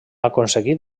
aconseguit